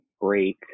break